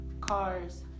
cars